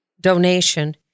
donation